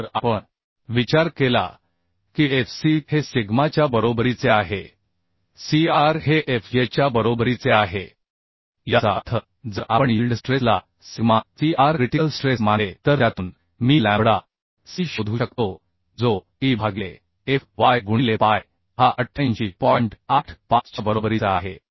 आणि जर आपण विचार केला की f c हे सिग्माच्या बरोबरीचे आहे c r हे f y च्या बरोबरीचे आहे याचा अर्थ जर आपण यील्ड स्ट्रेसला sigma c r critical stress मानले तर त्यातून मी लॅम्बडा c शोधू शकतो जो e भागिले π भागिले e भागिले f y हा 88 च्या बरोबरीचा आहे